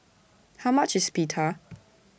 How much IS Pita